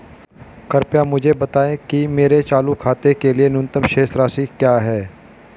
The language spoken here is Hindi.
कृपया मुझे बताएं कि मेरे चालू खाते के लिए न्यूनतम शेष राशि क्या है